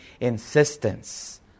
insistence